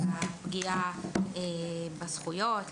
הפגיעה בזכויות,